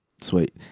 Sweet